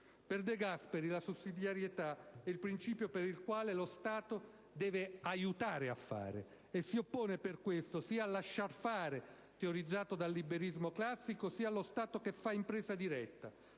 Per De Gasperi la sussidiarietà è il principio per il quale lo Stato deve "aiutare a fare" e si oppone, per questo, sia al "lasciar fare" teorizzato dal liberalismo classico, sia allo Stato che fa in presa diretta,